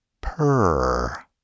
purr